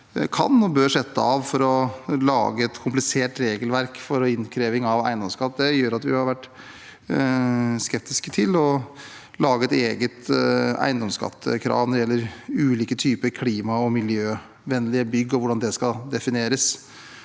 kan og bør sette av for å lage et komplisert regelverk for innkreving av eiendomsskatt. Det gjør at vi har vært skeptiske til å lage et eget eiendomsskattekrav når det gjelder ulike typer klima- og miljøvennlige bygg og hvordan det skal defineres.